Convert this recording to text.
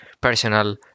personal